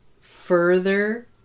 further